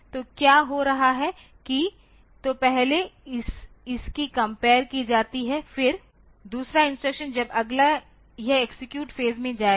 तो क्या हो रहा है कि तो पहले इसकी कम्पायर कि जाएगी फिर दूसरा इंस्ट्रक्शन जब अगला यह एक्सेक्यूट फेज में जायेगा